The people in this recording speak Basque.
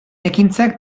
ekintzak